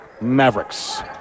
Mavericks